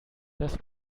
das